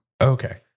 Okay